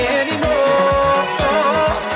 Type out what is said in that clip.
anymore